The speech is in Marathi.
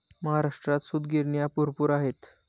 महाराष्ट्रात सूतगिरण्या भरपूर आहेत